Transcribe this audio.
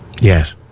Yes